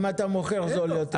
יש פה מישהו אולי בזום מ"היקר",